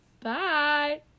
Bye